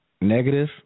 negative